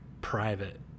private